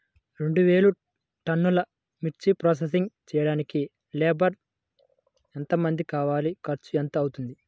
రెండు వేలు టన్నుల మిర్చి ప్రోసెసింగ్ చేయడానికి లేబర్ ఎంతమంది కావాలి, ఖర్చు ఎంత అవుతుంది?